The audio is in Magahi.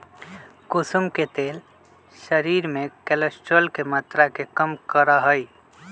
कुसुम के तेल शरीर में कोलेस्ट्रोल के मात्रा के कम करा हई